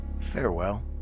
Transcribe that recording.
farewell